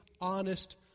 honest